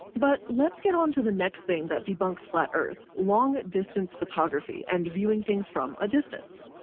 but let's get onto the next thing that debunks flat earth, long distance photography, and viewing things from a distance.